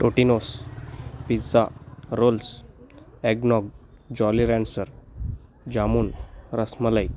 Totino's pizza rolls eggnog Jolly Rancher jamun rasmalai